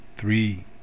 Three